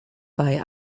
bei